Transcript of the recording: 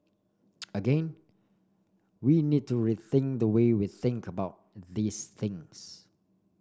again we need to rethink the way we think about these things